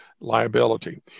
liability